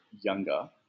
younger